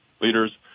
leaders